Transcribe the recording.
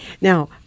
Now